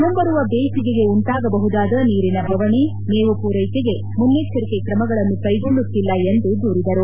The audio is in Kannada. ಮುಂಬರುವ ಬೇಸಿಗೆಗೆ ಉಂಟಾಗಬಹುದಾದ ನೀರಿನ ಬವಣೆ ಮೇವು ಪೂರೈಕೆಗೆ ಮುನ್ನೆಚ್ವರಿಕೆ ಕ್ರಮಗಳನ್ನು ಕೈಗೊಳ್ಳುತ್ತಿಲ್ಲ ಎಂದು ದೂರಿದರು